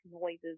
noises